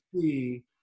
see